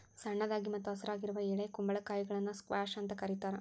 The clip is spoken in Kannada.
ಸಣ್ಣದಾಗಿ ಮತ್ತ ಹಸಿರಾಗಿರುವ ಎಳೆ ಕುಂಬಳಕಾಯಿಗಳನ್ನ ಸ್ಕ್ವಾಷ್ ಅಂತ ಕರೇತಾರ